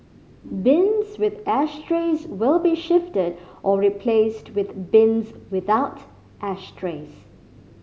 bins with ashtrays will be shifted or replaced with bins without ashtrays